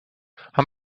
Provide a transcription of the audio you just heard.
haben